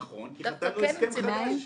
נכון, כי חתמנו הסכם חדש.